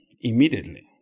immediately